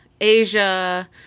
Asia